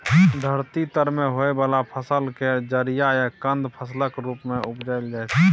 धरती तर में होइ वाला फसल केर जरि या कन्द फसलक रूप मे उपजाइल जाइ छै